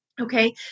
Okay